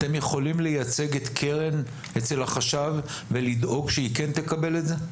אתם יכולים לייצג את קרן אצל החשב ולדאוג שהיא תקבל את זה?